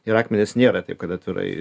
ir akmenys nėra taip kad atvirai